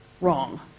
wrong